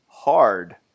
hard